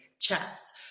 Chats